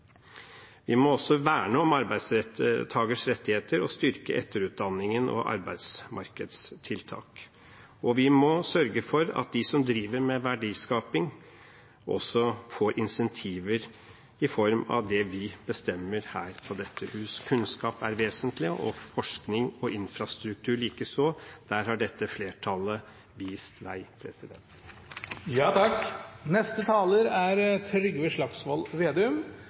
Vi må også verne om arbeidstakerrettigheter og styrke etterutdanning og arbeidsmarkedstiltak, og vi må sørge for at de som driver med verdiskaping, også får incentiver i form av det vi bestemmer her i dette hus. Kunnskap er vesentlig – forskning og infrastruktur likeså. Der har dette flertallet vist vei.